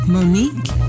Monique